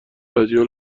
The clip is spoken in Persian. رادیو